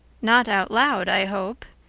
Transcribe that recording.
not out loud, i hope,